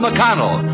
McConnell